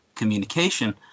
communication